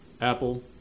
Apple